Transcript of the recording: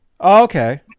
okay